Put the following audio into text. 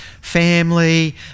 family